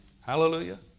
Hallelujah